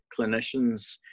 clinicians